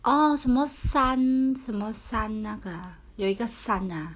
oh 什么 sun 什么 sun 那个 ah 有一个 sun ah